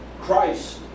Christ